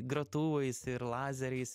grotuvais ir lazeriais